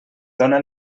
dóna